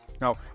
Now